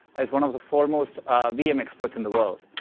is one of the foremost vm experts in the world.